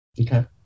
Okay